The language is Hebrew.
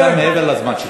אתה מעבר לזמן שלך.